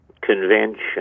convention